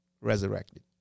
resurrected